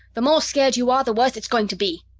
the more scared you are, the worse it's going to be!